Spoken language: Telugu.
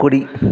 కుడి